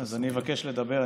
אז אני אבקש לדבר,